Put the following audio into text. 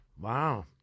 Wow